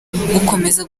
gukomeza